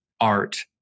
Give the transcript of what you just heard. art